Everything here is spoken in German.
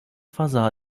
versah